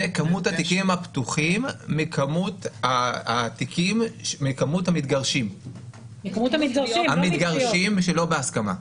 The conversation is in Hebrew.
זה מספר התיקים הפתוחים מתוך מספר המתגרשים שלא בהסכמה.